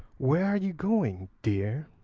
where are you going, dear?